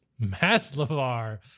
Maslavar